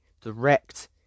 direct